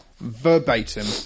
verbatim